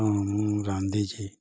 ହଁ ମୁଁ ରାନ୍ଧିଛି